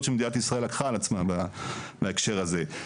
שמדינת ישראל לקחה על עצמה בהקשר הזה.